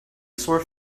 sore